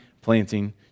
planting